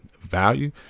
value